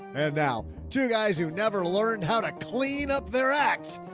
and now two guys who never learned how to clean up their act.